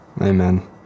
Amen